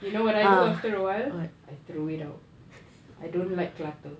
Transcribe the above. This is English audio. you know what I do after awhile I throw it out I don't like clutter